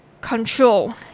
control